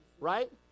right